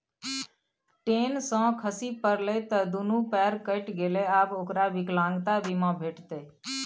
ten सँ खसि पड़लै त दुनू पयर कटि गेलै आब ओकरा विकलांगता बीमा भेटितै